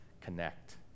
connect